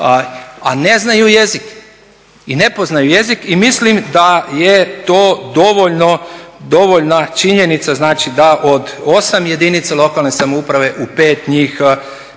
a ne znaju jezik i ne poznaju jezik. I mislim da je to dovoljna činjenica znači da od 8 jedinica lokalne samouprave u 5 njih